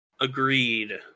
Agreed